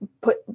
put